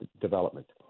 development